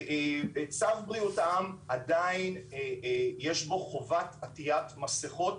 בצו בריאות העם עדיין יש חובת עטיית מסיכות